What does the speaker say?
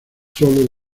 sólo